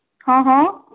હં હં